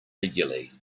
regularly